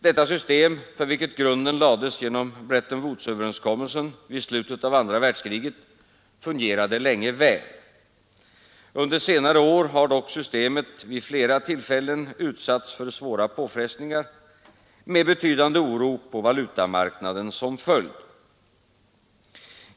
Detta system, för vilket grunden lades genom Bretton Woods-överenskommelsen vid slutet av andra världskriget, fungerade länge väl. Under senare år har dock systemet vid flera tillfällen utsatts för svåra påfrestningar, med betydande oro på valutamarknaden som följd.